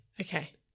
Okay